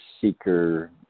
seeker